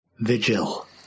Vigil